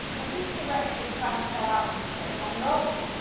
by whose direction found'st thou out this place? by love,